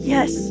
Yes